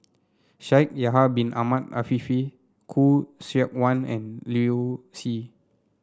Shaikh Yahya Bin Ahmed Afifi Khoo Seok Wan and Liu Si